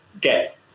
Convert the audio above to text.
get